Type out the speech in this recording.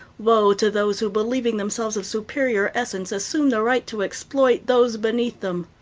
woe to those who, believing themselves of superior essence, assume the right to exploit those beneath them!